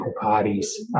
parties